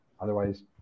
Otherwise